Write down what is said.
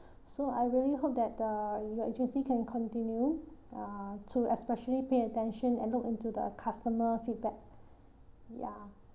so I really hope that uh your agency can continue uh to especially pay attention and look into the customer feedback ya